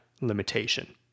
limitation